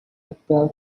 appeal